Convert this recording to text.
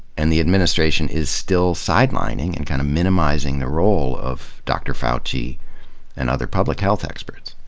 and the administration is still sidelining and kind of minimizing the role of dr. fauci and other public health experts.